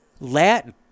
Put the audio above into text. Latin